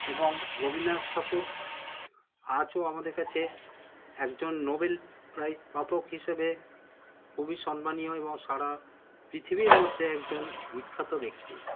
এবং রবীন্দ্রনাথ ঠাকুর আজও আমাদের কাছে একজন নোবেল প্রাইজ প্রাপক হিসেবে খুবই সন্মানীয় এবং সারা পৃথিবীর মধ্যে একজন বিখ্যাত ব্যক্তি